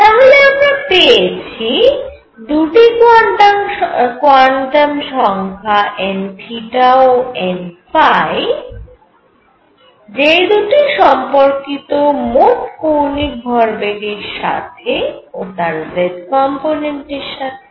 তাহলে আমরা পেয়েছি দুটি কোয়ান্টাম সংখ্যা n ও n যেই দুটি সম্পর্কিত মোট কৌণিক ভরবেগের সাথে ও তার z কম্পোনেন্টের সাথে